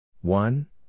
One